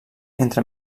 entre